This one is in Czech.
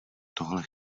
tohle